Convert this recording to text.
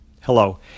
Hello